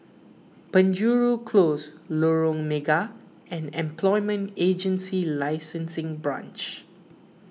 Penjuru Close Lorong Mega and Employment Agency Licensing Branch